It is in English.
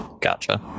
Gotcha